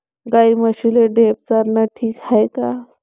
गाई म्हशीले ढेप चारनं ठीक हाये का?